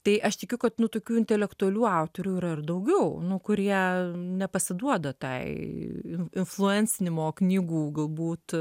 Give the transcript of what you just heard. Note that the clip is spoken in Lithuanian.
tai aš tikiu kad nu tokių intelektualių autorių yra ir daugiau nu kurie nepasiduoda tai in influensinimo knygų galbūt